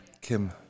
Kim